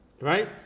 right